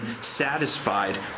satisfied